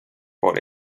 por